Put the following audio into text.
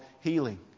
healing